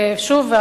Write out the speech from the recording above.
ושוב,